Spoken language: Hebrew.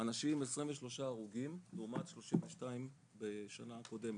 אנשים 23 הרוגים, לעומת 32 בשנה הקודמת.